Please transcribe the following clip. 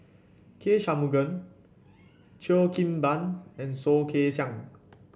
K Shanmugam Cheo Kim Ban and Soh Kay Siang